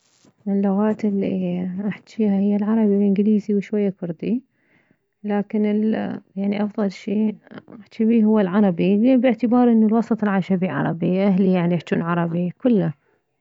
اللغات الي احجيها هي العربي والانكليزي وشوية كردي لكن ال يعني افضل شي احجي بيه هو العربي لان باعتبار انه الوسط الي عايشة بيه عربي اهلي يعني يحجون عربي كله